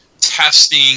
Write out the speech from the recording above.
testing